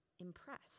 impressed